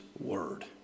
word